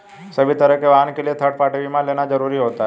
सभी तरह के वाहन के लिए थर्ड पार्टी बीमा लेना जरुरी होता है